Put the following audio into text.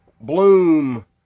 Bloom